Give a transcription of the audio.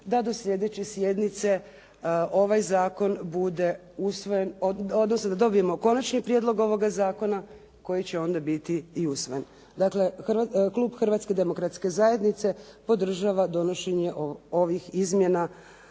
da do sljedeće sjednice ovaj zakon bude usvojen, odnosno da dobijemo konačni prijedlog ovoga zakona koji će onda biti i usvojen. Dakle, klub Hrvatske demokratske zajednice podržava donošenje ovih izmjena